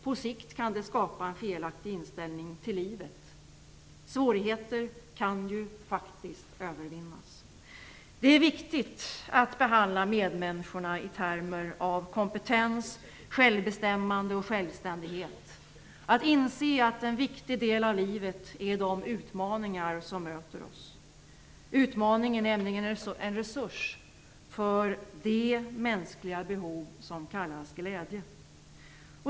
På sikt kan det skapa en felaktig inställning till livet. Svårigheter kan ju faktiskt övervinnas. Det är viktigt att behandla medmänniskorna i termer av kompetens, självbestämmande och självständighet, att inse att en viktig del av livet är de utmaningar som möter oss. Utmaningen är nämligen en resurs för det mänskliga behov som kallas glädje.